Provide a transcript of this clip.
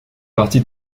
partie